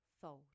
thought